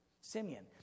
Simeon